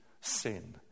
sin